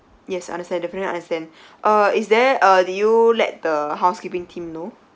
yes understand definitely understand uh is there uh did you let the housekeeping team know